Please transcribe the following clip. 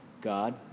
God